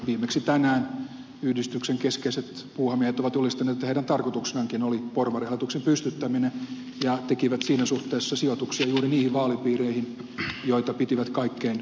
viimeksi tänään yhdistyksen keskeiset puuhamiehet ovat julistaneet että heidän tarkoituksenaankin oli porvarihallituksen pystyttäminen ja tekivät siinä suhteessa sijoituksia juuri niihin vaalipiireihin joita pitivät kaikkein tärkeimpinä